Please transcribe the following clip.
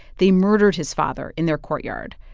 they murdered his father in their courtyard.